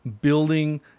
building